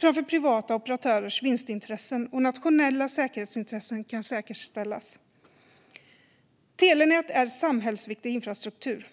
framför privata operatörers vinstintressen, och nationella säkerhetsintressen kan säkerställas. Telenät är samhällsviktig infrastruktur.